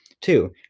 Two